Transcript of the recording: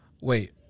Wait